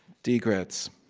degrets